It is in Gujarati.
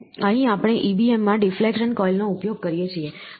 અહીં આપણે EBM માં ડિફ્લેક્શન કોઇલનો ઉપયોગ કરીએ છીએ